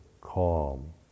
calm